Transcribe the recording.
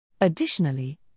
Additionally